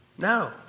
No